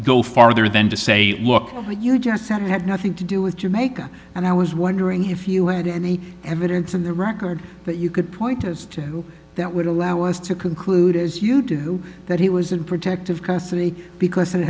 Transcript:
go farther than to say look you just said it had nothing to do with jamaica and i was wondering if you had any evidence in the record that you could point as to that would allow us to conclude as you do that he was in protective custody because